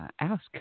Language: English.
ask